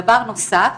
דבר נוסף,